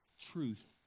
truth